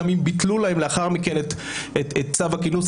גם אם ביטלו להם לאחר מכן את צו הכינוס,